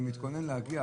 אני מתכונן להגיע.